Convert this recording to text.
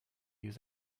use